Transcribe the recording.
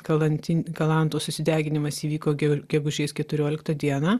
kalanti kalantos susideginimas įvyko gegu gegužės keturioliktą dieną